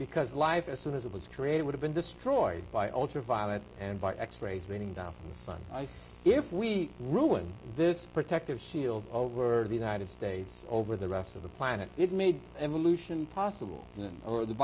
because life as soon as it was created would have been destroyed by ultraviolet and by x rays raining down from the sun if we ruin this protective shield over the united states over the rest of the planet it made evolution possible over the